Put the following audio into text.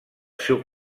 seu